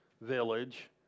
village